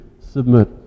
submit